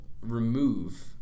remove